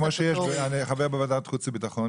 אני חבר בוועדת חוץ וביטחון,